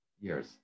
years